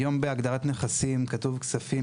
היום בהגדרת "נכסים" כתוב: "כספים,